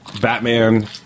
Batman